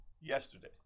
yesterday